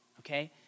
okay